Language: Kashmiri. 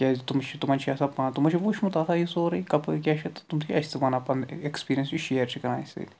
کیازِ تِم چھِ تِمن چھ تِمو چھُ آسان وٕچھمُت آسان یہِ سورُے کَپٲرۍ کیاہ چھِ تہٕ تِم چھِ اَسہِ تہِ ونان پَنُن ایٚکسپیٖریَنس یُس شیر چھِ کَران اَسہِ سۭتۍ